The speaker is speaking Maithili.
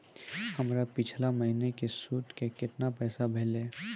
हमर पिछला महीने के सुध के केतना पैसा भेलौ?